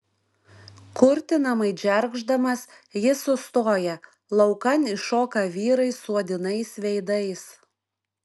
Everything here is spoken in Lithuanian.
kurtinamai džergždamas jis sustoja laukan iššoka vyrai suodinais veidais